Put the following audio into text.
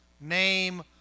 name